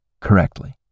correctly